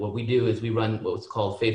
אני רוצה להודות לכל האנשים ברשימה שהגיעו לכאן,